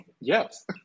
Yes